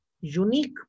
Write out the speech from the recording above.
Unique